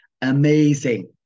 amazing